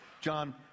John